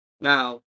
Now